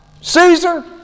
Caesar